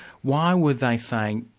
why would they say,